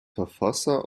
verfasser